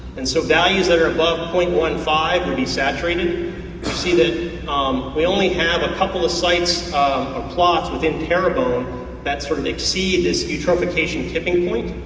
and so values that are above point one five will be saturated. we see that um we only have a couple of sites or plots within terrebone um that sort of exceed this eutrophication tipping point.